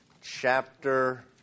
chapter